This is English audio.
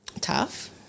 Tough